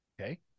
Okay